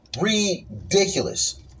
ridiculous